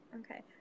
Okay